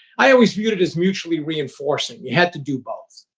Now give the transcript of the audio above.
i always viewed it as mutually reinforcing. you had to do both.